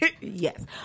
yes